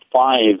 five